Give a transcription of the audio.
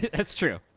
that's true.